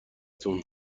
تون